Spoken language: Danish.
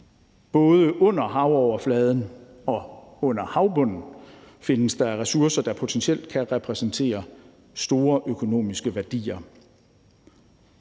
Både under havoverfladen og under havbunden findes der ressourcer, der potentielt kan repræsentere store økonomiske værdier.